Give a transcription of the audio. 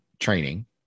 training